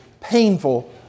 painful